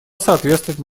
соответствовать